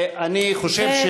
אני חושב,